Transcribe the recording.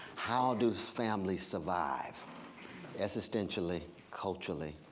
how do families survive existentially, culturally,